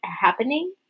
happening